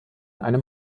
einem